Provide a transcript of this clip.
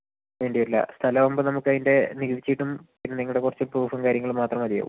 വേണ്ടി വരില്ല സ്ഥലം ആകുമ്പം നമുക്ക് അതിന്റെ നികുതി ചീട്ടും പിന്നെ നിങ്ങളുടെ കുറച്ച് പ്രൂഫും കാര്യങ്ങളും മാത്രം മതിയാവും